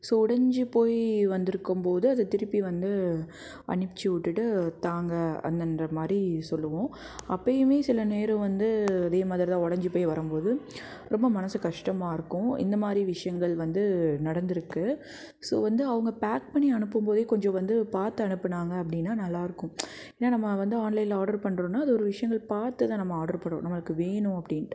so உடைஞ்சுப் போய் வந்திருக்கும்போது அதை திரும்பி வந்து அனுப்பிச்சி விட்டுட்டு தாங்கள் அண்ணன்ற மாதிரி சொல்லுவோம் அப்பயுமே சில நேரம் வந்து அதே மாதிரி தான் உடைஞ்சிப் போய் வரும்போது ரொம்பவே மனசு கஷ்டமாக இருக்கும் இந்த மாதிரி விஷயங்கள் வந்து நடந்திருக்கு ஸோ வந்து அவங்க பேக் பண்ணி அனுப்பும்போதே கொஞ்சம் வந்து பார்த்து அனுப்புனாங்கள் அப்படினா நல்லா இருக்கும் ஏன்னா நம்ம வந்து ஆன்லைனில் ஆட்ரு பண்ணுறோன்னா அது ஒரு விஷயங்கள் பார்த்து தான் நம்ம ஆட்ரு பண்ணுவோம் நம்மளுக்கு வேணும் அப்படின்ட்டு